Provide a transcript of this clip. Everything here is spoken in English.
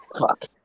Fuck